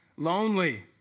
Lonely